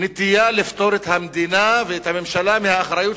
הנטייה לפטור את המדינה ואת הממשלה מהאחריות